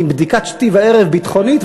עם בדיקת שתי וערב ביטחונית,